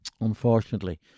unfortunately